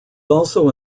also